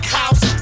house